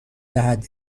دهد